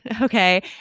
okay